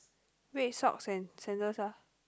wait socks and sandals ah